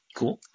Cool